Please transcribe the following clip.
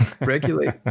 regulate